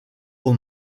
aux